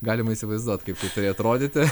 galima įsivaizduot kaip tai turi atrodyti